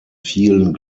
vielen